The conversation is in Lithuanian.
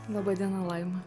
laba diena laima